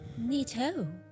Neato